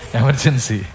emergency